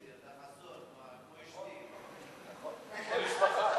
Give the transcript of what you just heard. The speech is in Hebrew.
אתה חצי דרוזי, אתה חסון.